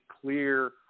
clear